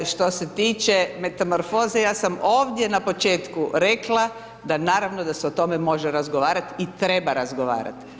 Što se tiče metamorfoze, ja sam ovdje na početku rekla da naravno da se o tome može razgovarat, i treba razgovarat.